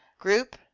group